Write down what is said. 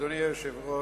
אדוני היושב-ראש,